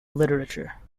literature